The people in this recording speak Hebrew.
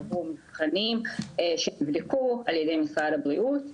מכילים חומרים שנבדקו על ידי משרד הבריאות,